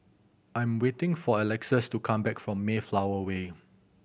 I'm waiting for Alexus to come back from Mayflower Way